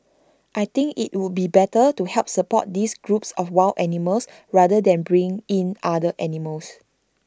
I think IT would be better to help support these groups of wild animals rather than bring in other animals